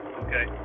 okay